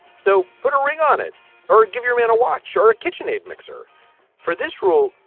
so put a ring on it or give your man a watch or a kitchenaid mixer for this rule.